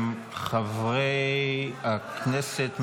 חברי הכנסת מהעבודה,